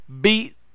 beat